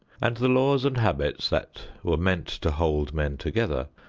and the laws and habits that were meant to hold men together,